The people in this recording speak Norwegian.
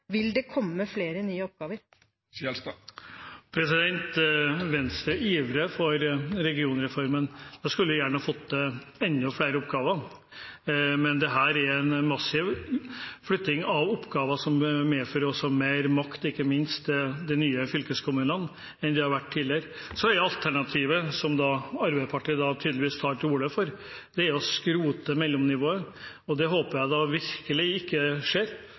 vil det komme flere nye oppgaver? Venstre ivrer for regionreformen og skulle gjerne ha fått til enda flere oppgaver. Men dette er en massiv flytting av oppgaver, og det medfører mer makt, ikke minst til de nye fylkeskommunene, enn det har vært tidligere. Så er alternativet, som Arbeiderpartiet tydeligvis tar til orde for, å skrote mellomnivået. Det håper jeg virkelig ikke skjer,